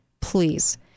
Please